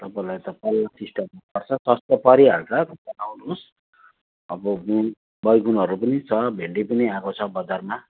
तपाईँलाई त पल्लो टिस्टामा पर्छ सस्तो परिहाल्छ आउनुहोस् अब मेन बैगुनहरू पनि छ भेन्डी पनि आएको छ बजारमा